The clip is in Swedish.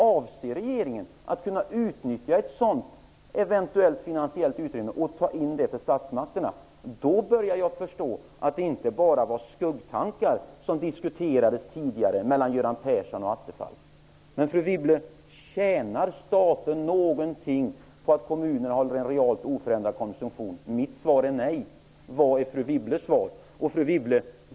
Avser regeringen att kunna utnyttja ett sådant eventuellt finansiellt utrymme och dra in det till staten, då börjar jag förstå att det inte bara var skuggtankar som diskuterades tidigare mellan Göran Persson och Stefan Attefall. Men, fru Wibble, tjänar staten någonting på att kommunerna håller en realt oförändrad konsumtion? Mitt svar är nej. Vilket är fru Wibbles svar?